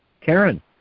Karen